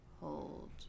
Hold